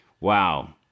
Wow